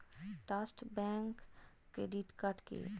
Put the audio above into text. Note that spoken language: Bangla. ট্রাস্ট ব্যাংক ক্রেডিট কার্ড কি?